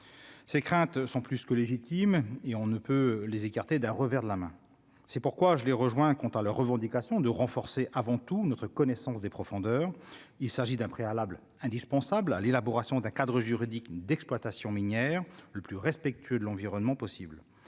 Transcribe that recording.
ces craintes sont plus que légitime et on ne peut les écarter d'un revers de la main, c'est pourquoi je l'ai rejoint un compte à leurs revendications de renforcer avant tout notre connaissance des profondeurs, il s'agit d'un préalable indispensable à l'élaboration d'un cadre juridique d'exploitation minière le plus respectueux de l'environnement possible